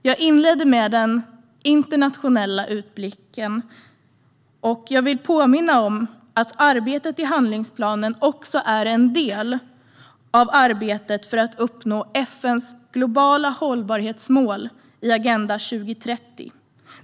Jag inledde med den internationella utblicken, och jag vill påminna om att arbetet i handlingsplanen också är en del av arbetet för att uppnå FN:s globala hållbarhetsmål i Agenda 2030.